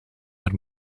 haar